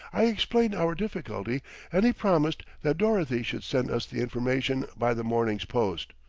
i explained our difficulty and he promised that dorothy should send us the information by the morning's post.